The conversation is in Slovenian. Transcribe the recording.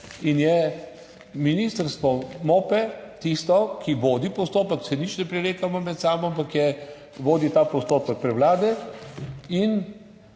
Ministrstvo, MOPE, je tisto, ki vodi postopek, se nič ne prerekamo med sabo, ampak vodi ta postopek prevlade in